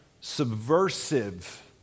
subversive